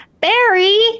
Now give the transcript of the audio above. barry